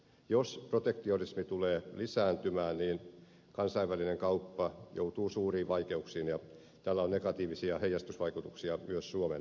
jos protektionismi tulee lisääntymään kansainvälinen kauppa joutuu suuriin vaikeuksiin ja tällä on negatiivisia heijastusvaikutuksia myös suomen vientiin